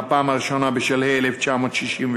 בפעם הראשונה, בשלהי 1967,